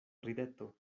rideto